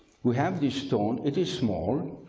we have this stone. it is small.